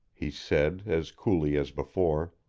he said, as coolly as before.